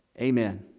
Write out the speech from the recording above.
Amen